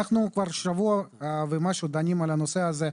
אנחנו כבר שבוע ומשהו דנים על הנושא הזה.